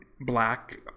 black